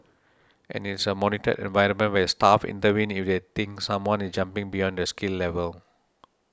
and it's a monitored environment where staff intervene if they think someone is jumping beyond their skill level